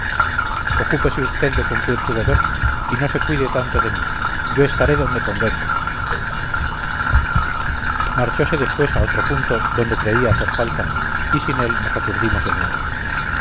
ocúpese usted de cumplir su deber y no se cuide tanto de mí yo estaré donde convenga marchose después a otro punto donde creía hacer falta y sin él nos aturdimos de nuevo